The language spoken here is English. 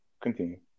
Continue